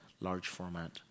large-format